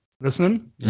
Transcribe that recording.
Listening